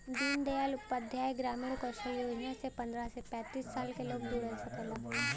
दीन दयाल उपाध्याय ग्रामीण कौशल योजना से पंद्रह से पैतींस साल क लोग जुड़ सकला